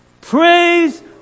praise